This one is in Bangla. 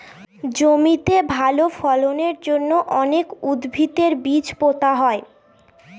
জমিতে ভালো ফলনের জন্য অনেক উদ্ভিদের বীজ পোতা হয়